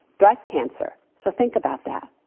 breast cancer. so think about that.